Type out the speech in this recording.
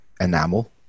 enamel